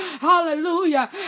hallelujah